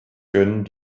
gönn